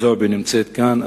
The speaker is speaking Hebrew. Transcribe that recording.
זועבי נמצאת כאן,